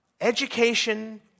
Education